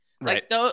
right